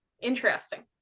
Interesting